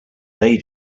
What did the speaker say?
they